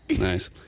nice